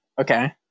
Okay